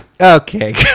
Okay